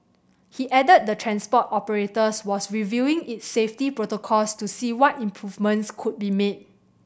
he added the transport operators was reviewing its safety protocols to see what improvements could be made